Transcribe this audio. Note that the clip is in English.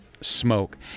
Smoke